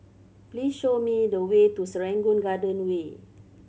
please show me the way to Serangoon Garden Way